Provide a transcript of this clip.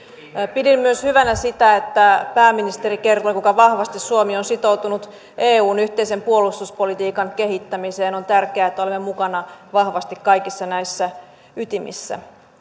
pidin hyvänä myös sitä kun pääministeri kertoi kuinka vahvasti suomi on sitoutunut eun yhteisen puolustuspolitiikan kehittämiseen on tärkeää että olemme mukana vahvasti kaikissa näissä ytimissä